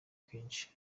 kenshi